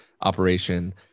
operation